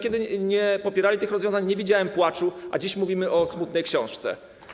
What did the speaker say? Kiedy nie popierali tych rozwiązań, nie widziałem płaczu, a dziś mówimy o smutnej książce.